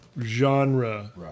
genre